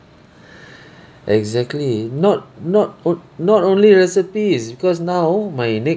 exactly not not o~ not only recipes because now my next